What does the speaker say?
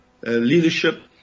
leadership